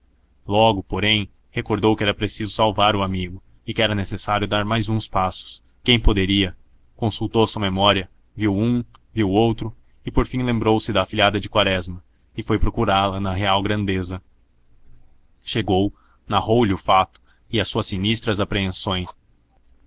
logo porém recordou que era preciso salvar o amigo e que era necessário dar mais uns passos quem poderia consultou sua memória viu um viu outro e por fim lembrou-se da afilhada de quaresma e foi procurá-la na real grandeza chegou narrou lhe o fato e as suas sinistras apreensões